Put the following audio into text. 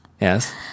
Yes